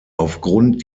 aufgrund